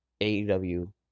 AEW